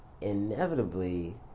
inevitably